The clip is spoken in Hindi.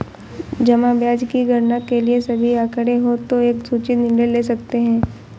जमा ब्याज की गणना के लिए सभी आंकड़े हों तो एक सूचित निर्णय ले सकते हैं